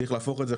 צריך להפוך את זה,